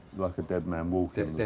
like a dead man walking.